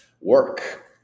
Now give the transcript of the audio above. work